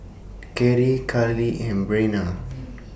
Cary Karlee and Breanna